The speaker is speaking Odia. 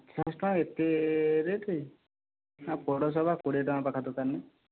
ପଚାଶ ଟଙ୍କା ଏତେ ରେଟ ପୋଡ଼ ଶହ ପା କୋଡ଼ିଏ ଟଙ୍କା ପାଖ ଦୋକାନ ରେ